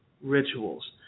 rituals